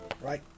Right